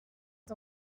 est